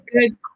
good